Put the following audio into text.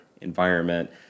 environment